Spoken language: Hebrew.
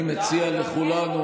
אני מציע לכולנו,